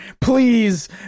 Please